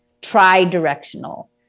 tri-directional